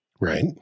Right